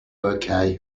okay